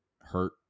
hurt